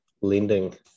lending